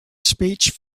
speech